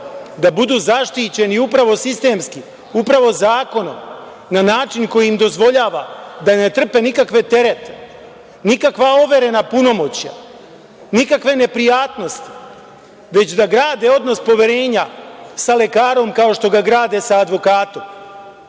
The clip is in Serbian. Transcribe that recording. da budu zaštićeni upravo sistemski, upravo zakonom, na način koji im dozvoljava da ne trpe nikakve terete, nikakva overena punomoćja, nikakve neprijatnosti, već da grade odnos poverenja sa lekarom, kao što ga grade sa advokatom.Međutim,